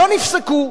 לא נפסקו.